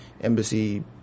embassy